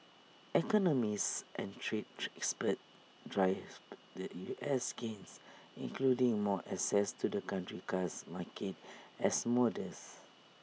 economists and trade experts described the U S's gains including more access to the country's car market as modest